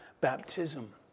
baptism